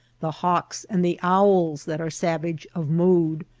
the hawks, and the owls that are savage of mood.